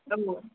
औ